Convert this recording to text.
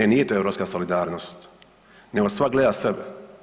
E nije to europska solidarnost nego svak gleda sebe.